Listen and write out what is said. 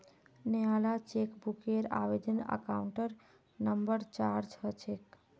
नयाला चेकबूकेर आवेदन counter number चार ह छेक